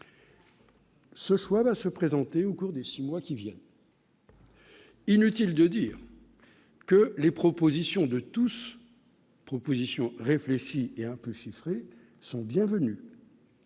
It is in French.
Ce soir, à se présenter au cours des 6 mois qui viennent. Inutile de dire que les propositions de tous, proposition réfléchi et un peu chiffres sont bienvenues.